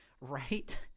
Right